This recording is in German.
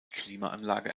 klimaanlage